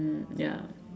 mm ya